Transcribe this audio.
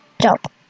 jump